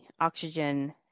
oxygen